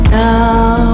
now